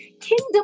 kingdom